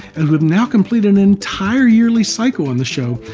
and we've now completed an entire yearly cycle on the show,